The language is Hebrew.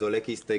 זה עולה כהסתייגות,